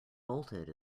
bolted